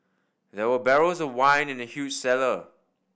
there were barrels of wine in the huge cellar